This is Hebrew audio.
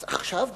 אז עכשיו,